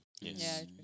Yes